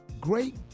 great